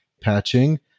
patching